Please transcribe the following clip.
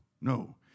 no